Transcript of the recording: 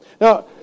Now